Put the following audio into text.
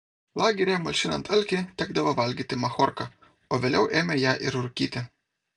lageryje malšinant alkį tekdavo valgyti machorką o vėliau ėmė ją ir rūkyti